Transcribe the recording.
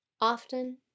Often